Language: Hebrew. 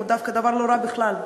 הוא דבר לא רע בכלל,